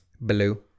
Blue